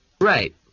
Right